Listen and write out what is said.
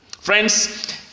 friends